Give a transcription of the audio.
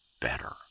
better